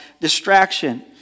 distraction